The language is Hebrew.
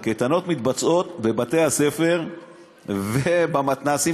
שהקייטנות מתבצעות בבתי-הספר ובמתנ"סים,